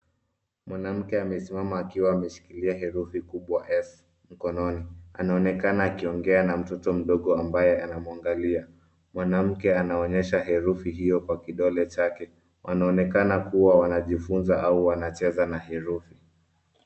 Mwanamke amesimama akiwa ameshikilia herufi kubwa 's'mkononi. Anaonekana akiongea na mtoto mdogo ambaye anamwangalia. Mwanamke anaonyesha herufi hiyo kwa kidole chake. Wanaonekana kuwa wanajifunza au wanacheza na herufi.